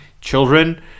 children